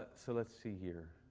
so let's see here.